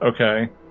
Okay